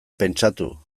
pentsatu